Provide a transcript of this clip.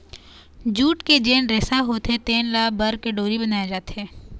jute के जेन रेसा होथे तेन ल बर के डोरी बनाए जाथे